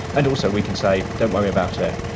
and also we can say don't worry about it,